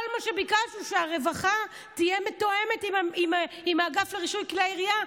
כל מה שביקשנו זה שהרווחה תהיה מתואמת עם האגף לרישוי כלי ירייה,